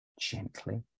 gently